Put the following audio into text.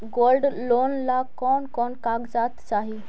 Gold loan ला कौन कौन कागजात चाही?